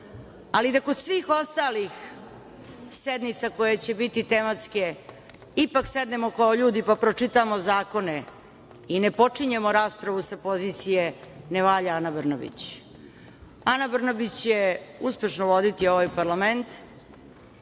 Ali, da kod svih ostalih sednica koje će biti tematske ipak sednemo kao ljudi i pročitamo zakone i ne počinjemo raspravu sa pozicije ne valja Ana Brnabić. Ana Brnabić će uspešno voditi ovaj parlament.